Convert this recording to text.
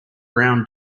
brown